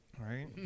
Right